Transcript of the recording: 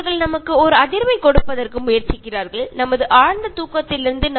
ഇതെല്ലാം നമുക്ക് ഞെട്ടിപ്പിക്കുന്ന വിവരങ്ങളാണ് നൽകുന്നത്